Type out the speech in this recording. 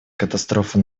катастрофа